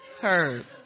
heard